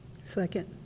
Second